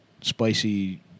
Spicy